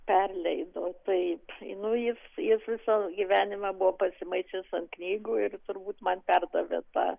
perleido taip nu jis jis visą gyvenimą buvo pasimaišęs ant knygų ir turbūt man perdavė tą